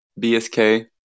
bsk